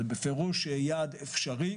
זה בפירוש יעד אפשרי,